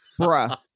bruh